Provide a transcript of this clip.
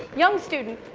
young student.